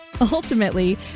Ultimately